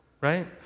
right